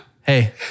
Hey